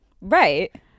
Right